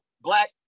black